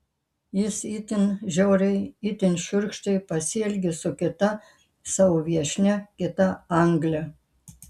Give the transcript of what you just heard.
jis itin žiauriai itin šiurkščiai pasielgė su kita savo viešnia kita angle